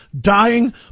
dying